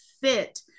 fit